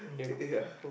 ya